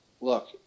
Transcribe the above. look